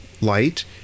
light